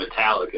Metallica